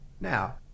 Now